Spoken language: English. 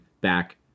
back